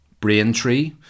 Braintree